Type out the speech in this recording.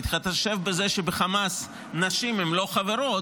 בהתחשב בזה שבחמאס נשים הן לא חברות,